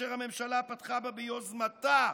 אשר הממשלה פתחה בה ביוזמתה,